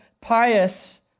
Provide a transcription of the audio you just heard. pious